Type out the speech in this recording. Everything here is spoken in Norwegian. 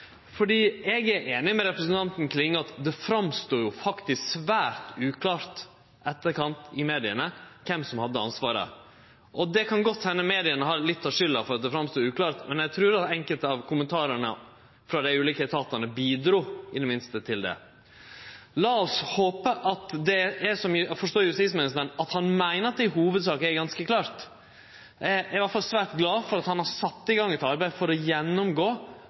Eg er einig med representanten Klinge i at det faktisk står fram som svært uklart i etterkant i media kven som har ansvaret. Det kan godt hende at media har litt av skulda for at det står fram som uklart, men eg trur at enkelte av kommentarane frå dei ulike etatane i det minste bidrog til det. Lat oss håpe at justisministeren – slik har eg forstått han – meiner at det i hovudsak er ganske klart. Eg er iallfall svært glad for at han har sett i gang eit arbeid for å